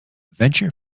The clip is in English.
venture